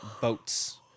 boats